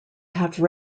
have